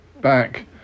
back